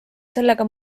sellega